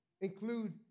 include